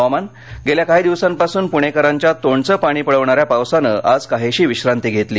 हवामान गेल्या काही दिवसांपासून प्णेकरांच्या तोंडचं पाणी पळवणाऱ्या पावसानं आज काहीशी विश्रांती घेतली